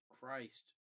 Christ